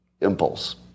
impulse